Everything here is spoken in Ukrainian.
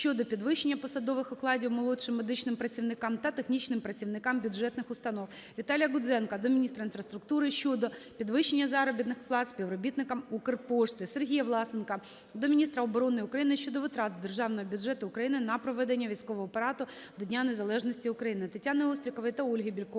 Віталія Гудзенка до міністра інфраструктури щодо підвищення заробітних плат співробітникам "Укрпошти". Сергія Власенка до міністра оборони України щодо витрат з Державного бюджету України на проведення військового параду до Дня Незалежності України. Тетяни Острікової та Ольги Бєлькової